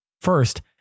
First